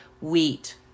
wheat